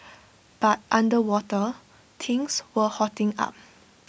but underwater things were hotting up